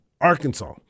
Arkansas